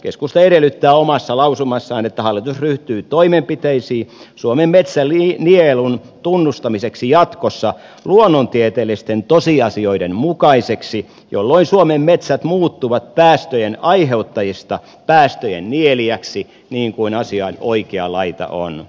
keskusta edellyttää omassa lausumassaan että hallitus ryhtyy toimenpiteisiin suomen metsänielun tunnustamiseksi jatkossa luonnontieteellisten tosiasioiden mukaiseksi jolloin suomen metsät muuttuvat päästöjen aiheuttajasta päästöjen nielijäksi niin kuin asian oikea laita on